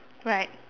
right